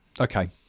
Okay